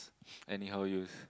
anyhow use